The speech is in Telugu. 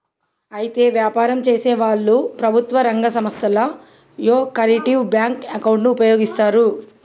అయితే వ్యాపారం చేసేవాళ్లు ప్రభుత్వ రంగ సంస్థల యొకరిటివ్ బ్యాంకు అకౌంటును ఉపయోగిస్తారు